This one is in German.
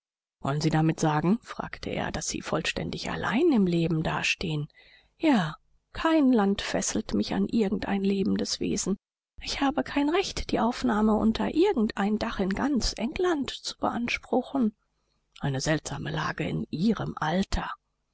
wollen sie damit sagen fragte er daß sie vollständig allein im leben dastehen ja kein land fesselt mich an irgend ein lebendes wesen ich habe kein recht die aufnahme unter irgend ein dach in ganz england zu beanspruchen eine seltsame lage in ihrem alter